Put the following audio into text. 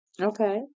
Okay